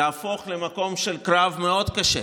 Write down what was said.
תהפוך למקום של קרב מאוד קשה.